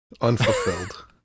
unfulfilled